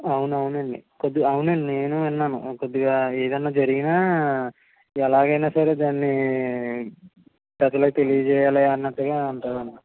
అవును అవునండి కొద్ది అవునండి నేను విన్నాను కొద్దిగా ఏదన్న జరిగినా ఎలాగైన సరే దాన్ని ప్రజలకి తెలియజేయాలి అన్నట్టుగా ఉంటారండి